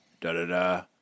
da-da-da